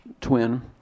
twin